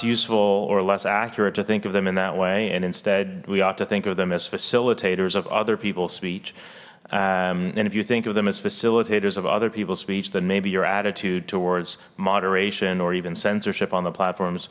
useful or less accurate to think of them in that way and instead we ought to think of them as facilitators of other people's speech and if you think of them as facilitators of other people's speech then maybe your attitude towards moderation or even censorship on the